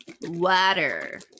water